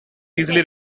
easily